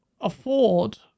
afford